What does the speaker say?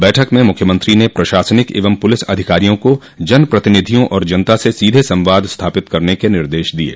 बैठक में मुख्यमंत्री ने प्रशासनिक एवं पुलिस अधिकारियों को जन प्रतिनिधियों और जनता से सीधे संवाद स्थापित करने के निर्देश दिये